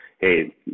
hey